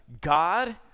God